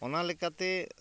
ᱚᱱᱟᱞᱮᱠᱟᱛᱮ